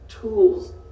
Tools